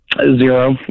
Zero